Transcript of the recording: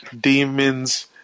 demon's